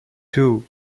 two